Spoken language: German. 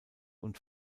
und